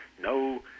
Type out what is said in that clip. no